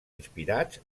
inspirats